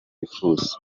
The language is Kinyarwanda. wifuza